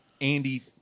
Andy